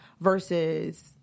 versus